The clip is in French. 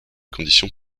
conditions